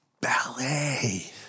ballet